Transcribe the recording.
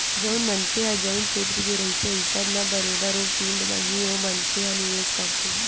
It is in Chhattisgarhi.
जउन मनखे ह जउन छेत्र के रहिथे अइसन म बरोबर ओ फील्ड म ही ओ मनखे ह निवेस करथे